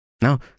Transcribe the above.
Now